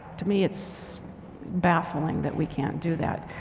to me it's baffling that we can't do that.